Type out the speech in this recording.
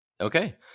Okay